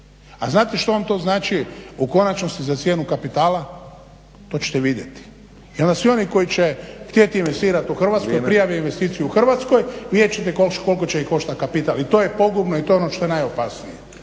A znate što vam to znači u konačnici za cijenu kapitala? To ćete vidjeti. I onda svi oni koji će htjeti investirati u Hrvatsku, prijave investiciju u Hrvatskoj, vidjeti ćete koliko će ih koštati kapital. I to je pogubno i to je ono što je najopasnije.